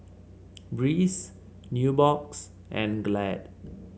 Breeze Nubox and Glad